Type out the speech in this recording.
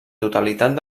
totalitat